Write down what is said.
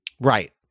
Right